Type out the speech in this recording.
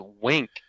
wink